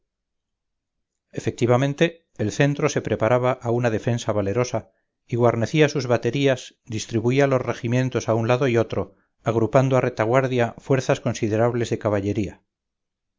efectivamente el centro se preparaba a una defensa valerosa y guarnecía sus baterías distribuía los regimientos a un lado y otro agrupando a retaguardia fuerzas considerables de caballería